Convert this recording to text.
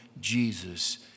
Jesus